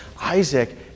Isaac